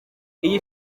iyi